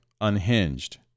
unhinged